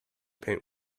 paint